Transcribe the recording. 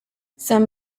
some